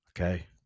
Okay